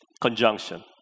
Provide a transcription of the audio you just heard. Conjunction